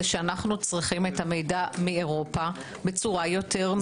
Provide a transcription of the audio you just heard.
שאנו צריכים את המידע מאירופה בצורה יותר ברורה.